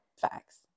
facts